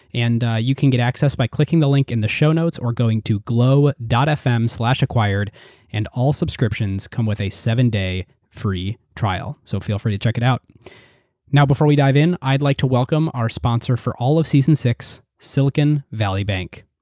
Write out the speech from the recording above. and you can get access by clicking the link in the show notes or going to glow. fm acquired and all subscriptions come with a seven-day free trial, so feel free to check it out now before we dive in, i'd like to welcome our sponsor for all of season six, silicon valley bank.